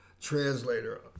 translator